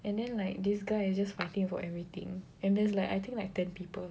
and then like this guy is just fighting for everything and there's like I think like ten people